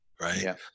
Right